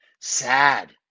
Sad